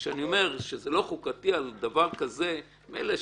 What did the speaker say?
כשאני אומר שזה לא חוקתי על דבר כזה מילא,